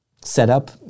setup